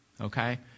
Okay